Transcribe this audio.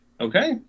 okay